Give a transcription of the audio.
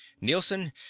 Nielsen